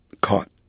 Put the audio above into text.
caught